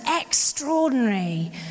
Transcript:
extraordinary